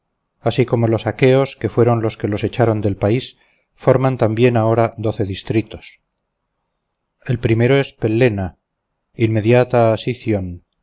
así como los acheos que fueron los que los echaron del país forman también ahora doce distritos el primero es pellena inmediata